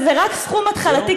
וזה רק סכום התחלתי,